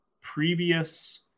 previous